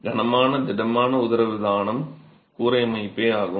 கனமான திடமான உதரவிதானம் கூரை அமைப்பே ஆகும்